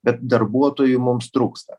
bet darbuotojų mums trūksta